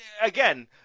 again